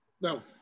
No